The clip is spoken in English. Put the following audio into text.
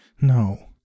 no